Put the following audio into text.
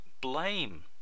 blame